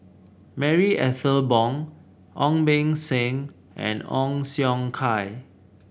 Marie Ethel Bong Ong Beng Seng and Ong Siong Kai